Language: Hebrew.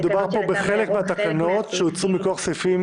מדובר פה בחלק מהתקנות שהוצאו מכוח סעיפים